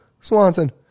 swanson